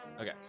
Okay